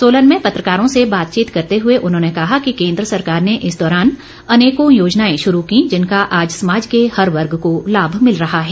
सोलन में पत्रकारों से बातचीत करते हए उन्होंने कहा कि केन्द्र सरकार ने इस दौरान अनेकों योजनाएं शुरू की जिनका आज समाज के हर वर्ग को लाभ मिल रहा है